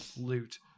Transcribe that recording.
loot